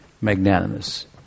magnanimous